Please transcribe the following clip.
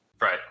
Right